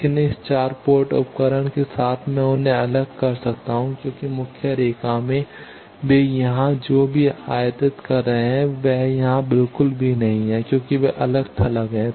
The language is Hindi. लेकिन इस 4 पोर्ट उपकरण के साथ मैं उन्हें अलग कर सकता हूं क्योंकि मुख्य रेखा में वे यहां जो भी आयातित कर रहे हैं वह यहां बिल्कुल भी नहीं है क्योंकि वे अलग थलग हैं